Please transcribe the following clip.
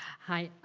hi,